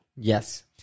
Yes